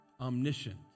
Omniscient